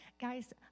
guys